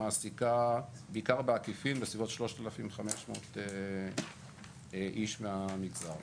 היא מעסיקה בעיקר בעקיפין בסביבות 3,500 איש מהמגזר.